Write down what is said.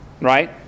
Right